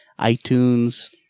iTunes